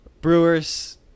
Brewers